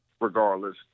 regardless